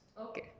Okay